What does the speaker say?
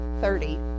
Thirty